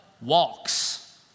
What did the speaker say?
walks